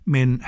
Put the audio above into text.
Men